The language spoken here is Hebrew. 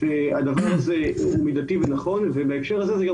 שהדבר הזה הוא מידתי ונכון ובהקשר הזה זה גם